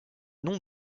noms